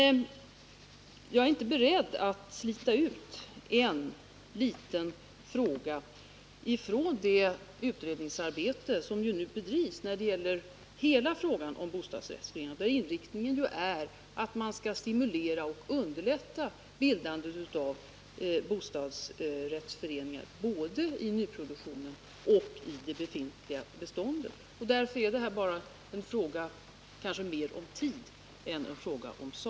Men jag är inte beredd att lyfta ut ett litet spörsmål från det utredningsarbete som nu bedrivs beträffande hela bostadsrättsföreningsfrågan, där ju inriktningen är den att man skall stimulera och underlätta bildandet av bostadsrätts föreningar, både i nyproduktionen och i det befintliga beståndet. Därför gäller det här kanske mer en tidsfråga än en sakfråga.